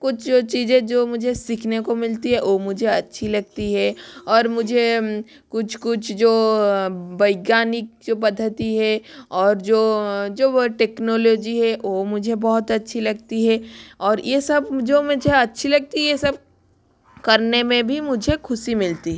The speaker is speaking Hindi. कुछ चीज़ें जो मुझे सीखने को मिलती है वो मुझे अच्छी लगती है और मुझे कुछ कुछ जो वैज्ञानिक जो पद्धति है और जो जो वो टेक्नोलोजी है ओ मुझे बहुत अच्छी लगती है और ये सब जो मुझे अच्छी लगती है ये सब करने में भी मुझे ख़ुशी मिलती है